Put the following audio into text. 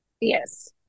yes